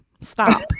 Stop